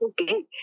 Okay